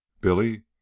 Billy